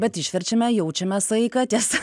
bet išverčiame jaučiame saiką tiesa